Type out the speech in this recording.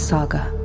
Saga